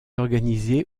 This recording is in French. organisé